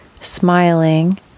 smiling